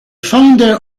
founder